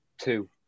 two